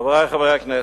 חברי חברי הכנסת,